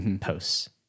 posts